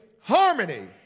Harmony